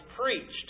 preached